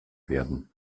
werden